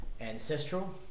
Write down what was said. ancestral